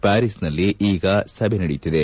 ಪ್ಕಾರಿಸ್ನಲ್ಲಿ ಸಭೆ ನಡೆಯುಕ್ತಿದೆ